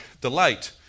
delight